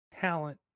Talent